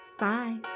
Bye